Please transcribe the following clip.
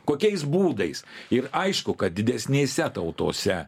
kokiais būdais ir aišku kad didesnėse tautose